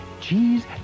cheese